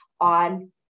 on